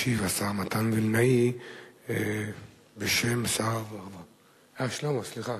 ישיב השר מתן וילנאי בשם שר, אה, שלמה, סליחה.